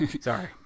Sorry